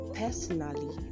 personally